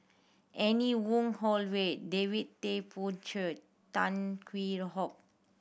Anne Wong Holloway David Tay Poey Cher Tan Hwee Hock